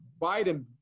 Biden